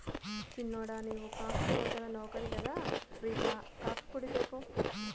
సిన్నోడా నీవు కాఫీ తోటల నౌకరి కదా ఫ్రీ గా కాఫీపొడి తేపో